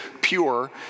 pure